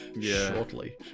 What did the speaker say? shortly